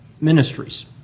ministries